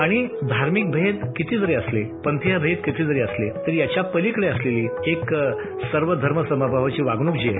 आणि धार्मिक भेद किती जरी असले पंथीय भेद किती जरी असले तरी याच्या पलिकडे असलेली एक सर्व धर्म समभावाची वागणूक जी आहे